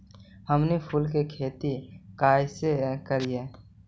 हमनी फूल के खेती काएसे करियय?